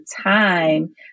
time